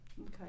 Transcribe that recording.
Okay